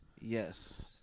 Yes